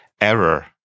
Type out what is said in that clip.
error